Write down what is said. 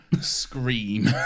scream